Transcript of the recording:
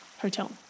hotel